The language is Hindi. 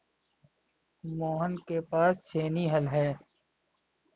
मोहन के पास छेनी हल है